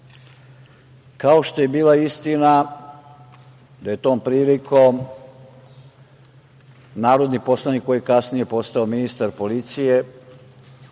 kao što je bila istina da je tom prilikom narodni poslanik koji je kasnije postao ministar policije,